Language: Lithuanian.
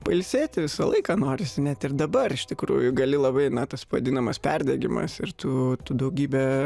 pailsėti visą laiką norisi net ir dabar iš tikrųjų gali labai na tas vadinamas perdegimas ir tu tu daugybę